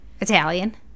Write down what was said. Italian